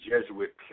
Jesuit